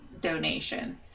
donation